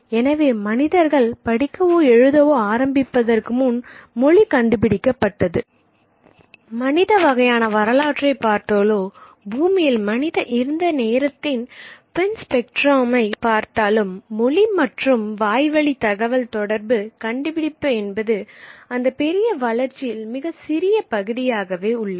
எனவே மனிதர்கள் படிக்கவோ எழுதவோ ஆரம்பிப்பதற்கு முன் மொழி கண்டுபிடிக்கப்பட்டது என்பது மனித வகையான வரலாற்றை பார்த்தாலோ பூமியில் மனித இருந்த நேரத்தின் பின்ஸ்பெக்ட்ரமை பார்த்தாலும் மொழி மற்றும் வாய்வழி தகவல் தொடர்பு கண்டுபிடிப்பு என்பது அந்தப் பெரிய வளர்ச்சியில் மிகச் சிறிய பகுதியாகவே உள்ளது